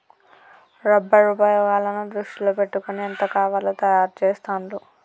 rubber ఉపయోగాలను దృష్టిలో పెట్టుకొని ఎంత కావాలో తయారు చెస్తాండ్లు